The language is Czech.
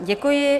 Děkuji.